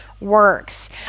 works